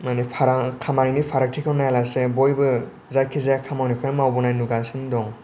माने फाराग खामायनायनि फारागथि खौ नायालासैनो बयबो जायखि जाया खामानिखौनो मावबोगासिनो दं